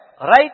right